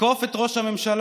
לתקוף את ראש הממשלה,